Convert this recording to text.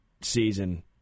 season